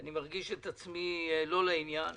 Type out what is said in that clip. אני מרגיש את עצמי לא לעניין,